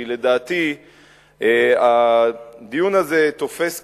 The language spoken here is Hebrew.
כי לדעתי הדיון הזה תופס כיוונים,